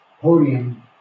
podium